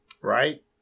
Right